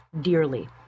dearly